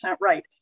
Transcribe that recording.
right